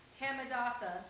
Hamadatha